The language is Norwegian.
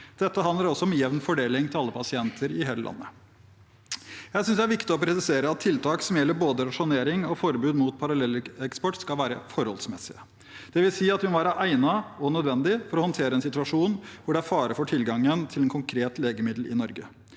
Dette handler også om jevn fordeling til alle pasienter i hele landet. Jeg synes det er viktig å presisere at tiltak som gjelder både rasjonering og forbud mot parallelleksport, skal være forholdsmessige. Det vil si at de må være egnede og nødvendige for å håndtere en situasjon hvor det er fare for tilgangen til et konkret legemiddel i Norge.